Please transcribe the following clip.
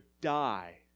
die